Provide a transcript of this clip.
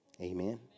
Amen